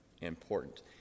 Important